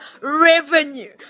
revenue